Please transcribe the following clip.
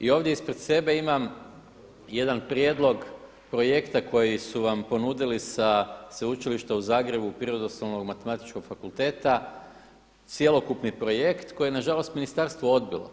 I ovdje ispred sebe imam jedan prijedlog projekta koji su vam ponudili sa Sveučilišta u Zagrebu Prirodoslovno-matematičkog fakulteta cjelokupni projekt koje je na žalost ministarstvo odbilo,